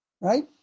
right